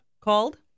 Called